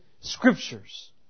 Scriptures